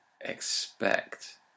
expect